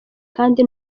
kandi